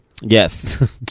Yes